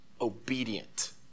obedient